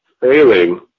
failing